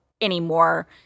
anymore